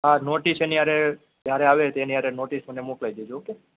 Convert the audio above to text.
હા નોટિસ એની હારે જ્યારે આવે તેની હારે મને મોકલાવી દેજો ઓકે